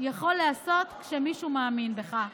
אפשר לעשות כשמישהו מאמין בך.